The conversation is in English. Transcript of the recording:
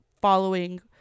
following